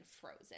frozen